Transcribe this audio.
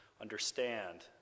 understand